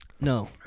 No